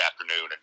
afternoon